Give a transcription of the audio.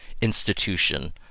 institution